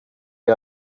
you